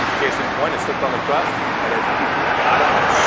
case in point, it slipped on the crust and it freaking got him, like,